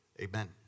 amen